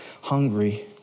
hungry